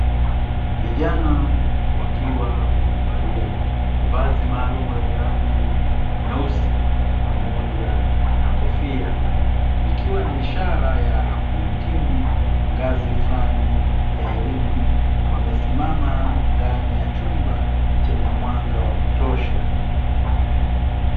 Vijana wakiwa wamevalia vazi maalumu lenye rangi nyeusi pamoja na kofia. Ikiwa ni ishara ya kuhitimu ngazi fulani ya elimu, wamesimama ndani ya chumba chenye mwanga wa kutosha.